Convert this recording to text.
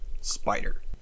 spider